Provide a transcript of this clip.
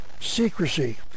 secrecy